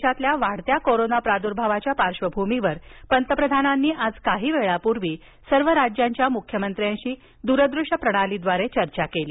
देशातल्या वाढत्या कोरोना प्राद्भावाच्या पार्श्वभूमीवर पंतप्रधानांनी आज काही वेळापूर्वी सर्व राज्यांच्या मुख्यमंत्र्यांशी द्रदृष्य प्रणालीद्वारे चर्चा केली